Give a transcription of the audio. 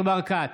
ניר ברקת,